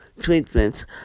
treatments